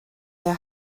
der